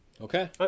Okay